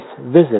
visit